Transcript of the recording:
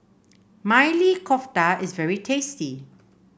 Maili Kofta is very tasty